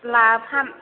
लाथाम